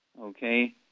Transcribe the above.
okay